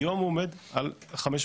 היום הוא עומד על 5,500,